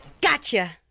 Gotcha